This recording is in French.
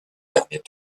derniers